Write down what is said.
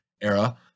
era